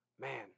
Man